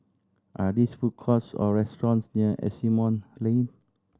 are this food courts or restaurants near Asimont Lane